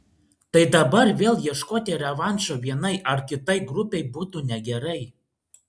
tai dabar vėl ieškoti revanšo vienai ar kitai grupei būtų negerai